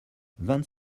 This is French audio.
vingt